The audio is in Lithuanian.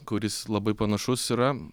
kuris labai panašus yra